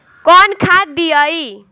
कौन खाद दियई?